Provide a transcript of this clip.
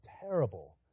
terrible